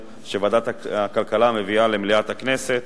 שוועדת הכלכלה מביאה היום למליאת הכנסת